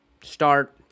start